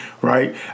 Right